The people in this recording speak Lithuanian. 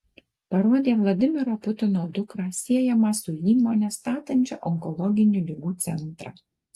parodė vladimiro putino dukrą siejama su įmone statančia onkologinių ligų centrą